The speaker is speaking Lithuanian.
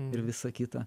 ir visa kita